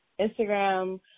Instagram